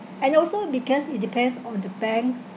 and also because it depends on the bank